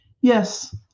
Yes